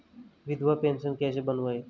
विधवा पेंशन कैसे बनवायें?